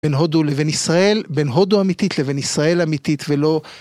בין הודו לבין ישראל, בין הודו אמיתית לבין ישראל אמיתית ולא...